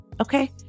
okay